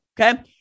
Okay